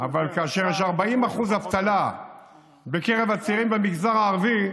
אבל כאשר יש 40% אבטלה בקרב הצעירים במגזר הערבי,